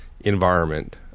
environment